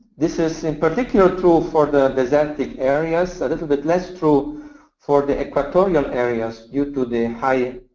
this is in particular true for the deserted areas. a little bit less true for the equatorial areas, due to the high